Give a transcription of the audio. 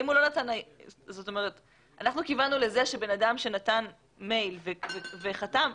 אנחנו כיוונו לזה שבן אדם שנתן מייל וחתם,